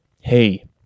Hey